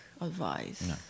advice